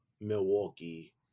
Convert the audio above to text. Milwaukee